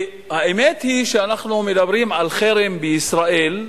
האמת היא שאנחנו מדברים על חרם בישראל,